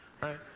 right